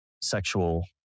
sexual